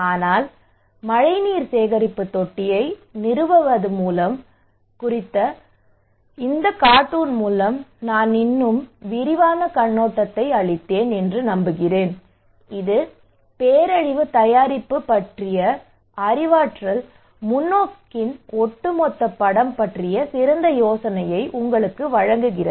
ஆனால் மழைநீர் சேகரிப்பு தொட்டியை நிறுவுவது குறித்து இந்த கார்ட்டூன் மூலம் நான் இன்னும் விரிவான கண்ணோட்டத்தை அளித்தேன் என்று நம்புகிறேன் இது பேரழிவு தயாரிப்பு பற்றிய அறிவாற்றல் முன்னோக்கின் ஒட்டுமொத்த படம் பற்றிய சிறந்த யோசனையை உங்களுக்கு வழங்குகிறது